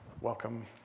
welcome